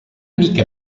mica